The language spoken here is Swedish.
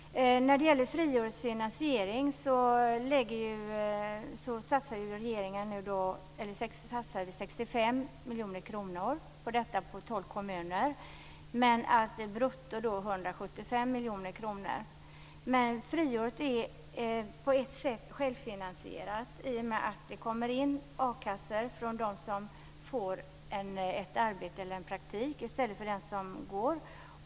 När det gäller finansieringen av friåret satsar vi 65 miljoner kronor. Det gäller alltså tolv kommuner. Brutto handlar det om 175 miljoner kronor. Friåret är dock på ett sätt självfinansierat i och med att det kommer in a-kassepengar från dem som får arbeta eller praktisera i stället för den som går.